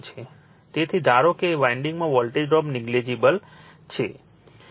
તેથી ધારી લો કે વાન્ડિંગ્સમાં વોલ્ટ ડ્રોપ નેગલિજિબલ છે